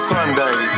Sunday